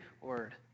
word